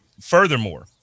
furthermore